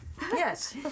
Yes